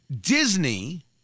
Disney